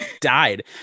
died